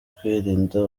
kwirinda